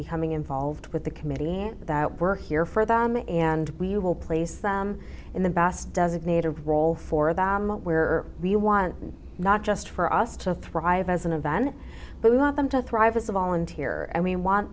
becoming involved with the committee and that we're here for them and we will place them in the best designated role for the moment where we want not just for us to thrive as an event but we want them to thrive as a volunteer i mean want